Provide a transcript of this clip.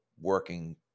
working